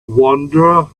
wander